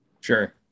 Sure